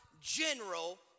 General